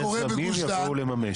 יזמים יבואו לממש.